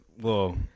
Whoa